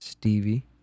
Stevie